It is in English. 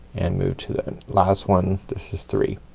and move to the last one. this is three.